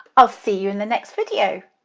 i'll see you in the next video!